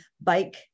bike